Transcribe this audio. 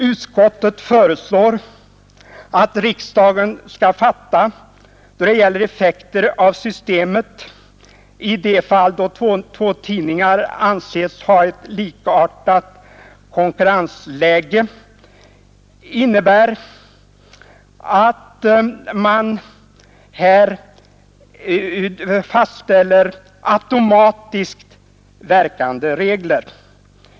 Utskottet föreslår riksdagen ett beslut som innebär att man fastställer automatiskt verkande regler.